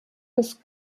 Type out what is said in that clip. des